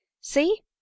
see